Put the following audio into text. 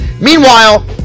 Meanwhile